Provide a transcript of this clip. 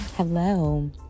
Hello